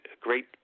great